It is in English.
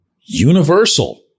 universal